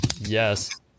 Yes